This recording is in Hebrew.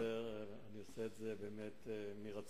זה בסדר, אני עושה את זה באמת ברצון.